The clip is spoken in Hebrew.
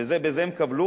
בזה הם כבלו,